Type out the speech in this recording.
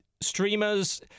streamers